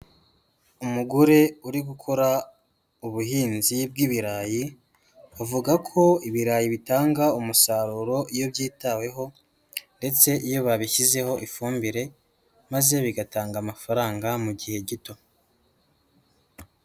Umugore uri gukora ubuhinzi bw'ibirayi, avuga ko ibirayi bitanga umusaruro iyo byitaweho, ndetse iyo babishyizeho ifumbire, maze bigatanga amafaranga mu gihe gito.